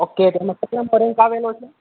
okay તેમાં કેટલામો rank આવેલો છે